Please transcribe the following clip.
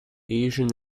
asian